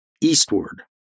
eastward